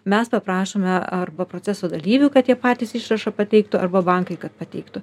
mes paprašome arba proceso dalyvių kad jie patys išrašą pateiktų arba bankai kad pateiktų